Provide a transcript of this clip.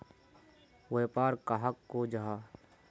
व्यापार कहाक को जाहा?